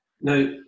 Now